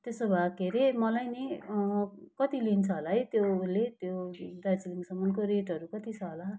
त्यसो भए के रे मलाई नि कति लिन्छ होला है त्यो उसले त्यो दार्जिलिङसम्मको रेटहरू कति छ होला